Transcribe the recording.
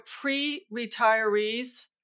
pre-retirees